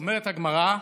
אומרת הגמרא: